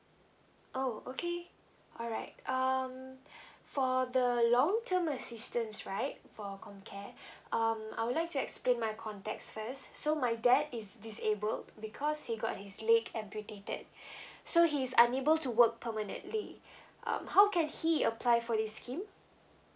oh okay alright um for the long term assistance right for comcare um I would like to explain my context first so my dad is disabled because he got his leg amputated so he is unable to work permanently um how can he apply for this scheme